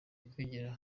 kwigira